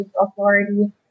authority